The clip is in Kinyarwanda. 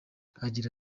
agira